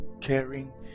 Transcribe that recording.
caring